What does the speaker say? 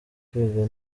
kwiga